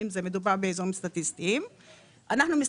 אם זה מדובר באזורים סטטיסטיים.